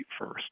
first